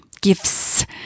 Gifts